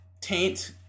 Taint